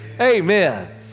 Amen